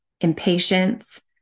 impatience